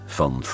van